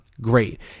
great